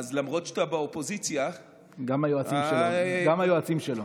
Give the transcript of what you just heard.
למרות שאתה באופוזיציה, גם היועצים שלו.